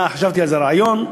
חשבתי על זה כרעיון,